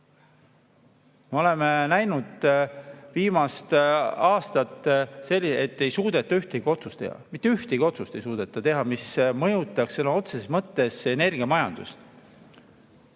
Me oleme näinud viimastel aastatel, et ei suudeta ühtegi otsust teha. Mitte ühtegi otsust ei suudeta teha, mis mõjutaks sõna otseses mõttes energiamajandust.